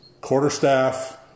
quarterstaff